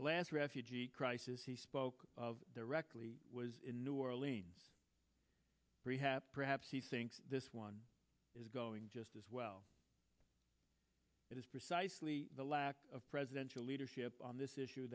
the last refugee crisis he spoke of directly was in new orleans rehab perhaps he thinks this one is going just as well it is precisely the lack of presidential leadership on this issue